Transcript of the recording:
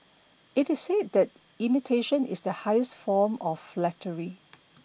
it is said that imitation is the highest form of flattery